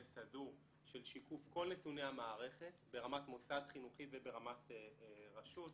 סדור של שיקוף כל נתוני המערכת ברמת מוסד חינוכי וברמת רשות,